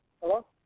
Hello